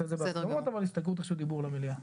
אבל הסתייגות רשות דיבור למליאה.